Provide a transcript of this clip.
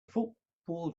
football